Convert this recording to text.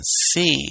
see